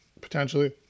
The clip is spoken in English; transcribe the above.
potentially